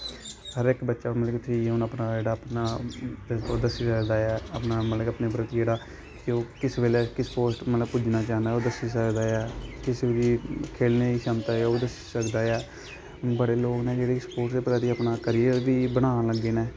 हर इक बच्चा मतलब कि फ्ही हून अपना जेह्ड़ा दस्सी सकदा ऐ अपना मतलब अपने प्रति जेह्ड़ा के ओह् किस बेल्लै किस पर पोस्ट पुज्जना चाह्दां ऐ ओह् दस्सी सकदा ऐ किस दी खेलने दी क्षमता ऐ ओह् दस्सी सकदा ऐ बड़े लोग न जेह्ड़े केह् स्पोर्टस दे प्रति अपना कैरियर बी बनान लग्गे न